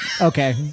Okay